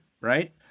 right